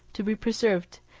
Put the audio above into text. to be preserved,